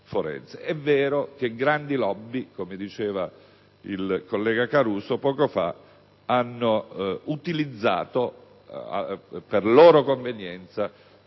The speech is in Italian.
È vero che grandi *lobby*, come diceva il collega Caruso prima, hanno utilizzato per loro convenienza